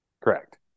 Correct